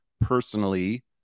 personally